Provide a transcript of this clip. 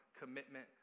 commitment